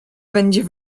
będzie